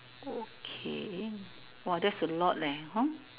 okay !wah! that's a lot leh hor